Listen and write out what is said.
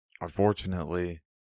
Unfortunately